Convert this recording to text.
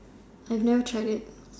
I have never tried it